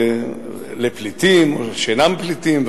ולפליטים או שאינם פליטים,